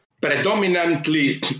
predominantly